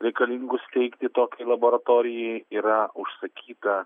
reikalingus steigti tokiai laboratorijai yra užsakyta